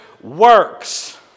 works